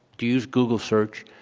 do you use google search?